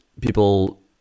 people